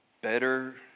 better